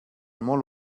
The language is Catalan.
molt